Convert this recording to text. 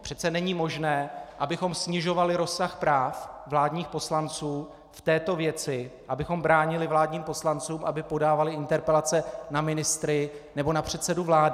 Přece není možné, abychom snižovali rozsah práv vládních poslanců v této věci, abychom bránili vládním poslancům, aby podávali interpelace na ministry nebo na předsedu vlády.